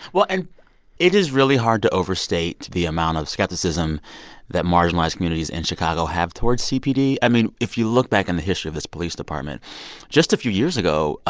well, and it is really hard to overstate the amount of skepticism that marginalized communities in chicago have towards cpd. i mean, if you look back in the history of this police department just a few years ago,